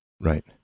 Right